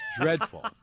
dreadful